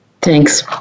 Thanks